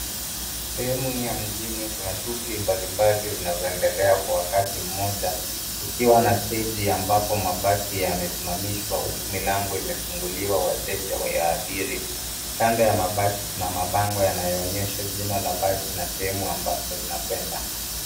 Sehemu ya mjini kuna shughuli mbalimbali zinazoendelea kwa wakati mmoja kukiwa na steji ambapo mabasi yamesimamishwa huku milango imefunguliwa wateja wayaabiri. Kando ya mabasi kuna mabango yanayoonyesha jina la basi na sehemu ambako linakwenda.